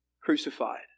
crucified